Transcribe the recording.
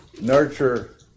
nurture